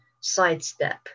sidestep